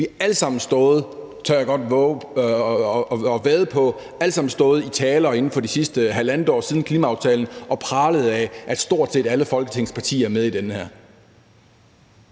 Vi har alle sammen stået, det tør jeg godt vædde på, i taler inden for det sidste halvandet års tid, siden klimaaftalen, og pralet af, at stort set alle Folketingets partier er med i det her.